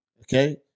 Okay